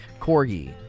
Corgi